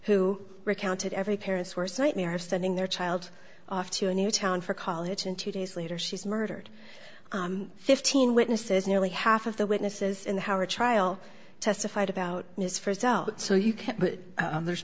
who recounted every parent's worst nightmare sending their child off to a new town for college and two days later she's murdered fifteen witnesses nearly half of the witnesses in the howard trial testified about his first out so you can there's